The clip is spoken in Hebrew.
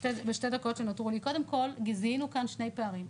בשתי דקות שנותרו לי: קודם כול זיהינו כאן שני פערים.